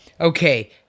okay